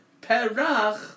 perach